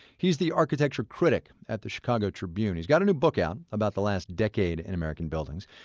he's the architecture critic at the chicago tribune. he's got a new book out about the last decade in american buildings.